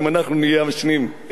אם אנחנו נהיה השניים.